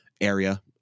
area